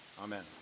Amen